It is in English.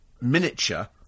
miniature